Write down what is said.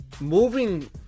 Moving